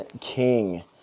king